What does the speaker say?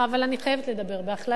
אבל אני חייבת לדבר בהכללה,